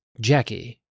Jackie